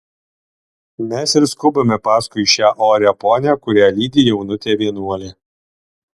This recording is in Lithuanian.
mes ir skubame paskui šią orią ponią kurią lydi jaunutė vienuolė